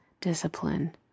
discipline